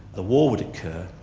the war would occur,